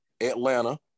Atlanta